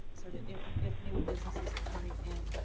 sort of if if new businesses are coming in,